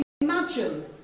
Imagine